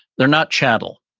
they're not chattel,